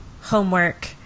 homework